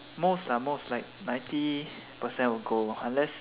most ah most like ninety percent will go unless